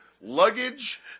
luggage